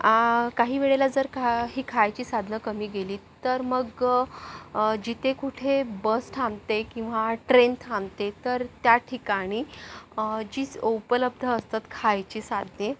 काही वेळेला जर काही खायची साधनं कमी केली तर मग जिथे कुठे बस थांबते किंवा ट्रेन थांबते तर त्या ठिकाणी जी उपलब्ध असतात खायची साधने